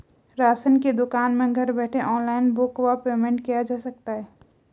Ration की दुकान में घर बैठे ऑनलाइन बुक व पेमेंट किया जा सकता है?